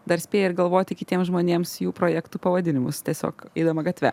dar spėja ir galvoti kitiems žmonėms jų projektų pavadinimus tiesiog eidama gatve